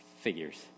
figures